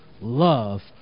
love